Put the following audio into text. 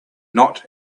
not